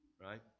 right